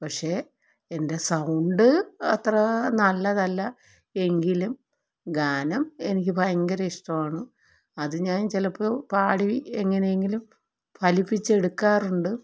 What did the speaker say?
പക്ഷേ എൻ്റെ സൗണ്ട് അത്ര നല്ലതല്ല എങ്കിലും ഗാനം എനിക്ക് ഭയങ്കര ഇഷ്ടമാണ് അത് ഞാൻ ചിലപ്പോൾ പാടി എങ്ങനെയെങ്കിലും ഫലിപ്പിച്ച് എടുക്കാറുണ്ട്